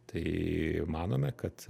tai manome kad